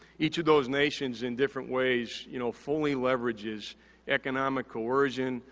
each of those nations in different ways, you know, fully leverages economic coercion,